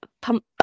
pump